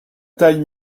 taille